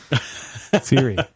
Siri